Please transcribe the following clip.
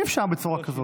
אי-אפשר בצורה כזאת.